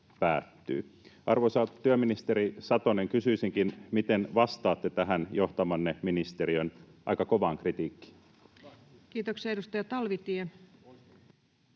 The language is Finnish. Arvoisa työministeri Satonen, kysyisinkin: miten vastaatte tähän johtamanne ministe-riön aika kovaan kritiikkiin? Kiitoksia. — Edustaja Talvitie.